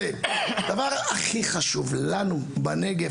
דבר הכי חשוב לנו בנגב,